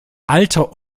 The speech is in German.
alter